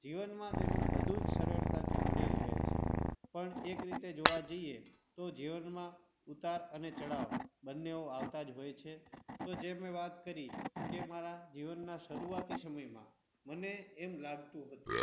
જીવનમાં તેનું બધુ જ સરળતાથી મળી રહે છે પણ એક રીતે જોવા જઈએ તો જીવનમાં ઉતાર અને ચઢાવ બંને આવતાં જ હોય છે તો જે મેં વાત કરી કે મારાં જીવનના શરુઆતી સમયમાં મને એમ લાગતું હતું